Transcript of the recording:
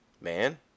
man